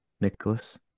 Nicholas